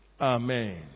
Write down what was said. Amen